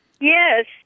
Yes